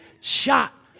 shot